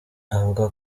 avuga